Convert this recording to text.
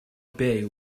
bay